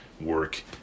work